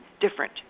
different